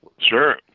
Sure